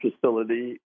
facility